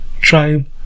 Tribe